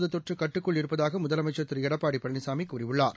தமிழகத்தில் தொற்றுகட்டுக்குள் இருப்பதாகமுதலமைச்சர் திரு எடப்பாடிபழனிசாமிகூறியுள்ளார்